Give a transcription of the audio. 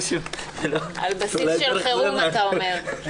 על בסיס של חירום אתה אומר...